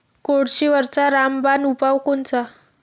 कोळशीवरचा रामबान उपाव कोनचा?